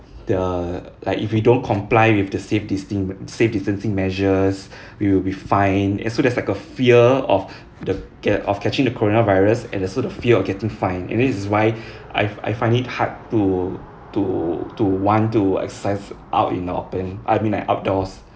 the like if we don't comply with the safe distancing safe distancing measures we will be fined and so that's like a fear of the ca~ of catching the corona virus and a sort of fear of getting fined and this is why I've I find it hard to to to want to exercise out in the open I mean like outdoors